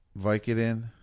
Vicodin